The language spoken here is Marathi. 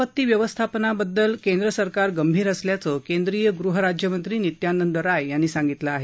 आपती व्यवस्थापनाबाबत केंद्र सरकार गंभीर असल्याचं केंद्रीय गृह राज्यमंत्री नित्यानंद राय यांनी सांगितलं आहे